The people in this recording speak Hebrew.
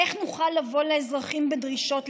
איך נוכל לבוא לאזרחים בדרישות,